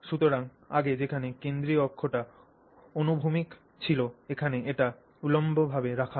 সুতরাং আগে যেখানে কেন্দ্রীয় অক্ষটি অনুভূমিক ছিল এখানে এটি উল্লম্বভাবে রাখা হয়